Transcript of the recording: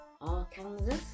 Arkansas